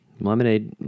Lemonade